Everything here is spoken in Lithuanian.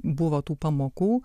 buvo tų pamokų